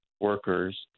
workers